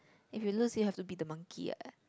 if you lose you have to be the monkey what